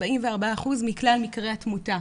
44% מכלל מקרי התמותה,